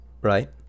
right